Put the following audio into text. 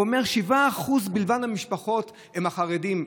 הוא אומר: 7% בלבד מהמשפחות הן של חרדים,